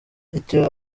icyo